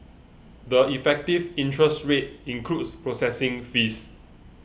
the effective interest rate includes processing fees